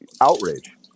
outrage